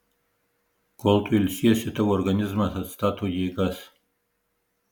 kol tu ilsiesi tavo organizmas atstato jėgas